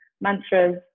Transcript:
mantras